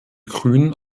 grünen